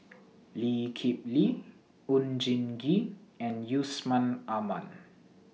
Lee Kip Lee Oon Jin Gee and Yusman Aman